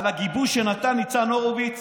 על הגיבוי שנתן ניצן הורוביץ